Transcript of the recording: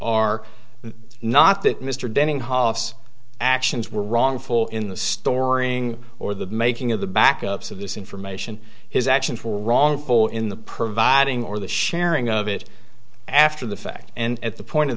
are not that mr denning hoff's actions were wrong full in the storing or the making of the backups of this information his actions for wrongful in the providing or the sharing of it after the fact and at the point of